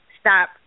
stop